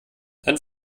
dann